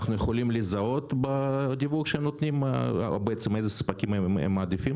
יכולים לזהות בדיווח שהם נותנים אילו ספקים הם מעדיפים?